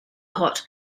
hot